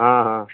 हँ हँ